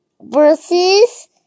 Versus